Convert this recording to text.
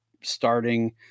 starting